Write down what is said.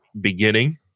beginning